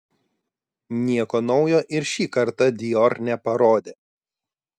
nieko naujo ir šį kartą dior neparodė